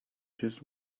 just